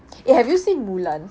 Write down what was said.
eh have you seen mulan